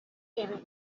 ibi